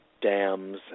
dams